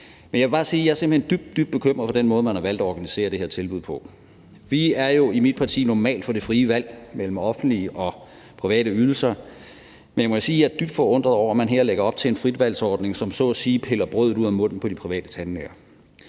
er dybt, dybt bekymret for den måde, man har valgt at organisere det her tilbud på. Vi er jo i mit parti normalt for det frie valg mellem offentlige og private ydelser, men jeg må sige, at jeg er dybt forundret over, at man her lægger op til en fritvalgsordning, som så at sige tager brødet ud af munden på de private tandlæger.